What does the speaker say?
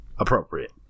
appropriate